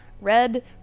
red